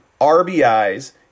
RBIs